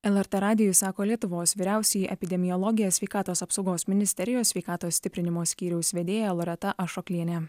lrt radijui sako lietuvos vyriausioji epidemiologė sveikatos apsaugos ministerijos sveikatos stiprinimo skyriaus vedėja loreta ašoklienė